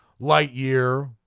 Lightyear